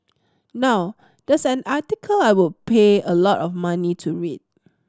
now that's an article I would pay a lot of money to read